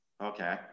Okay